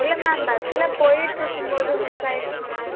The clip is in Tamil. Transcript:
இல்லை மேம் பஸ்ஸில் போயிட்டுருக்கும் போது மிஸ் ஆகிடுச்சி மேம்